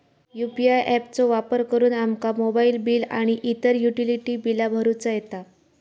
UPI app चो वापर करुन आमका मोबाईल बिल आणि इतर युटिलिटी बिला भरुचा येता